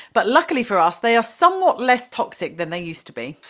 but, luckily for us, they are somewhat less toxic than they used to be.